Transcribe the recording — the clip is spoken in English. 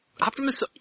Optimus